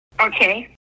Okay